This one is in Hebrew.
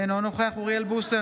אינו נוכח אוריאל בוסו,